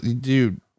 Dude